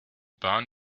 bahn